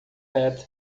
dead